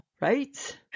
Right